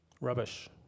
Rubbish